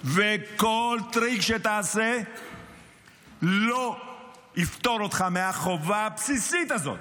וכל טריק שתעשה לא יפטור אותך מהחובה הבסיסית הזאת.